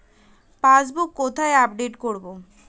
Passbook কোথায় update করব?